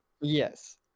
Yes